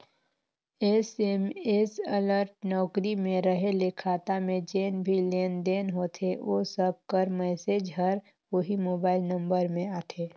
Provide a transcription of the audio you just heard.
SMS alert नउकरी में रहें ले खाता में जेन भी लेन देन होथे ओ सब कर मैसेज हर ओही मोबाइल नंबर में आथे